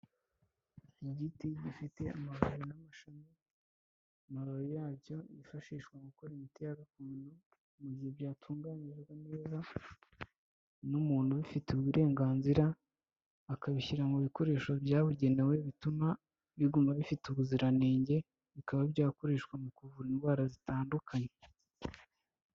Igiti gifite amababi n'amashami amababi yacyo yifashishwa mu gukora imiti ya gakondo mu gihe byatunganjwe neza n'umuntu ubifitiye uburenganzira, akabishyira mu bikoresho byabugenewe bituma biguma bifite ubuziranenge, bikaba byakoreshwa mu kuvura indwara zitandukanye.